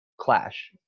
clash